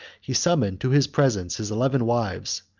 he summoned to his presence his eleven wives,